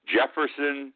Jefferson